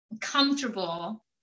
comfortable